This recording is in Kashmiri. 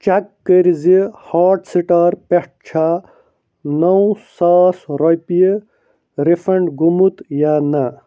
چیک کٔرۍزِ ہارٹ سِٹار پٮ۪ٹھ چھا نو ساس رۄپیہِ رِفنٛڈ گوٚمُت یا نہَ